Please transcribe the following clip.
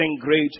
great